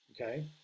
Okay